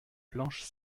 planches